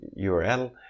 url